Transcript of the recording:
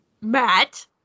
Matt